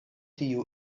tiu